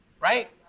right